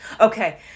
Okay